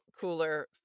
cooler